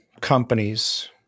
companies